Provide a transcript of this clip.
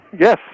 Yes